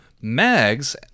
Mags